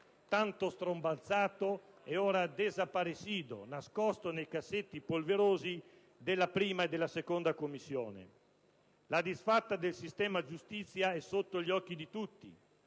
Tanto strombazzato e ora *desaparecido*, nascosto nei cassetti polverosi della 1a e della 2a Commissione? La disfatta del sistema giustizia è sotto gli occhi di tutti.